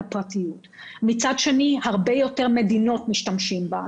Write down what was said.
הפרטיות ומצד שני בהרבה יותר מדינות משתמשים בה.